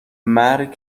مرگ